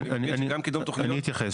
אני אתייחס.